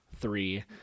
three